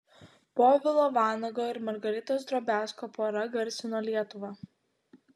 povilo vanago ir margaritos drobiazko pora garsino lietuvą